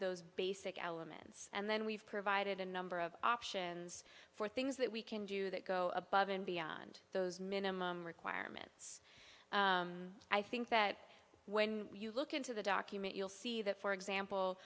those basic elements and then we've provided a number of options for things that we can do that go above and beyond those minimum requirements i think that when you look into the document you'll see that for example